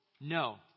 No